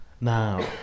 Now